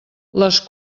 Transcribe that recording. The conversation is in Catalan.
les